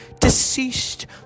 deceased